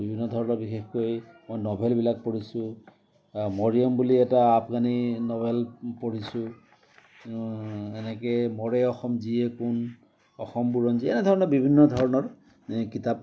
বিভিন্ন ধৰণৰ বিশেষকৈ মই ন'ভেলবিলাক পঢ়িছো মৰিয়ম বুলি এটা আফগানী ন'ভেল পঢ়িছোঁ এনেকে মৰে অসম জীয়ে কোন অসম বুৰঞ্জী এনেধৰণৰ বিভিন্ন ধৰণৰ কিতাপ